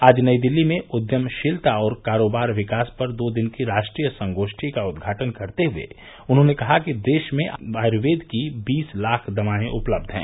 आज नई दिल्ली में उद्यमशीलता और कारोबार विकास पर दो दिन की राष्ट्रीय संगोष्ठी का उद्घाटन करते हुए उन्होंने कहा कि देश में आयुर्वेद की बीस लाख दवायें उपलब्ध हैं